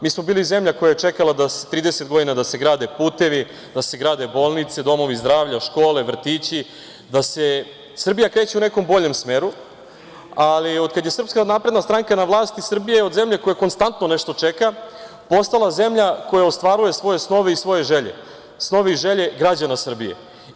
Mi smo bili zemlja koja je čekala da 30 godina da se grade putevi, da se grade bolnice, domovi zdravlja, škole, vrtići, da se Srbija kreće u nekom boljem smeru, ali otkad je SNS na vlasti Srbija je od zemlje koja konstantno nešto čeka postala zemlja koja ostvaruje svoje snove i svoje želje, snove i želje građana Srbije.